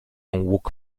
łuk